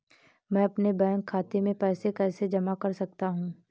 मैं अपने बैंक खाते में पैसे कैसे जमा कर सकता हूँ?